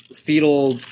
fetal